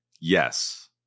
yes